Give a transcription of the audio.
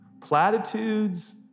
platitudes